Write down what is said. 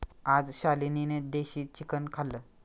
आज शालिनीने देशी चिकन खाल्लं